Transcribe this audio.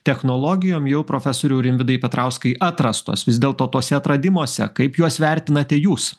technologijom jau profesoriau rimvydai petrauskai atrastos vis dėlto tuose atradimuose kaip juos vertinate jūs